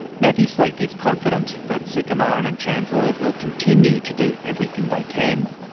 matthew sleeth is confident that sukumaran and chan's lawyers will continue to do everything they can.